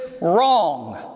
wrong